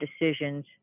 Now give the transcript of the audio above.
decisions